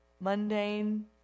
mundane